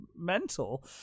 mental